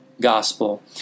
gospel